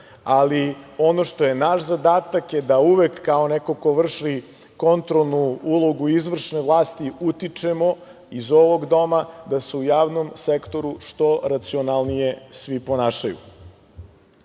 ali ono što je naš zadatak je da uvek, kao neko ko vrši kontrolnu ulogu izvršne vlasti, utičemo iz ovog doma da se u javnom sektoru što racionalnije svi ponašaju. Obaveza